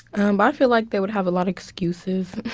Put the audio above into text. um i feel like they would have a lot of excuses.